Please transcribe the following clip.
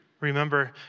Remember